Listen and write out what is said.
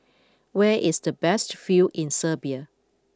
where is the best view in Serbia